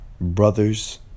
brothers